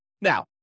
Now